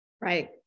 right